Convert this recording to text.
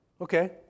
Okay